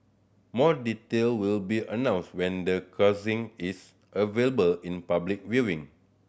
more detail will be announced when the casing is available in public viewing